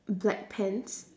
black pants